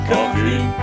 Coffee